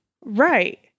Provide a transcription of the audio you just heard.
right